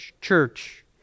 church